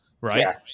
right